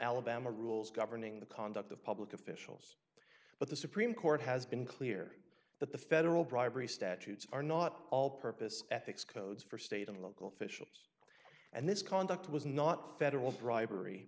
alabama rules governing the conduct of public officials but the supreme court has been clear that the federal bribery statutes are not all purpose ethics codes for state and local officials and this conduct was not federal bribery